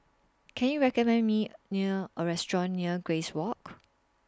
Can YOU recommend Me near A Restaurant near Grace Walk